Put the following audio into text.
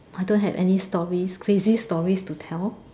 I don't have any stories crazy stories to tell